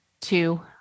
two